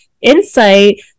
insight